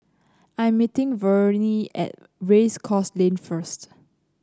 I am meeting Verne at Race Course Lane first